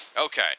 Okay